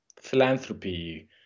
philanthropy